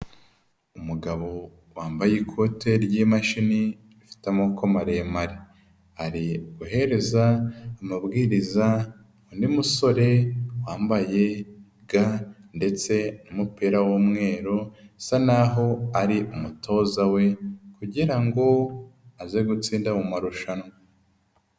Umugabo wambaye ikote ry'imashini rifite amaboko maremare, ari guhereza amabwiriza undi musore wambaye ga ndetse n'umupira w'umweru, usa n'aho ari umutoza we kugira ngo aze gutsinda mu marushanwa.